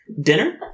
Dinner